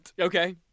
Okay